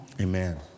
Amen